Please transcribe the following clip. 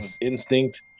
instinct